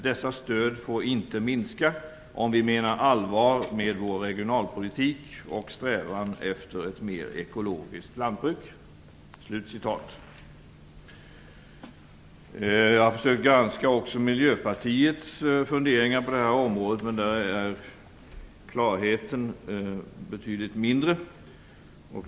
Dessa stöd får inte minska om vi menar allvar med vår regionalpolitik och strävan efter ett mer ekologiskt lantbruk." Jag har försökt granska också Miljöpartiets funderingar på detta område. Men där är klarheten betydligt mindre.